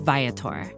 Viator